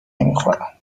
نمیخورند